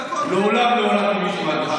מעולם לא הורדתי מישהו מהדוכן.